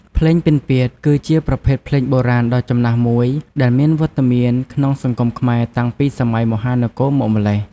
ភ្លេងពិណពាទ្យ គឺជាប្រភេទភ្លេងបុរាណដ៏ចំណាស់មួយ ដែលមានវត្តមានក្នុងសង្គមខ្មែរតាំងពីសម័យមហានគរមកម្ល៉េះ។